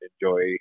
enjoy